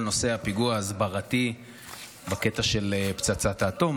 נושא הפיגוע ההסברתי בקטע של פצצת האטום.